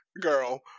girl